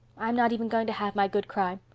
i'm not even going to have my good cry.